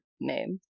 name